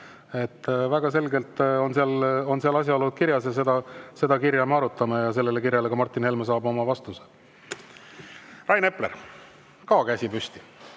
Väga selgelt on seal asjaolud kirjas, seda kirja me arutame ja sellele kirjale saab Martin Helme ka vastuse. Rain Epler, ka käsi püsti.